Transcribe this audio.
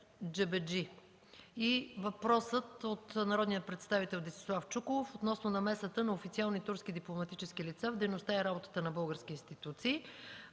и въпросът от народния представител Десислав Чуколов относно намесата на официални турски дипломатически лица в дейността и работата на български институции.